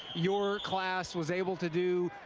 your class was able to do,